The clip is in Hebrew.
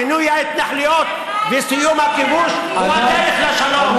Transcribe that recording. פינוי ההתנחלויות וסיום הכיבוש הם הדרך לשלום.